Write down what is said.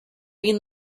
been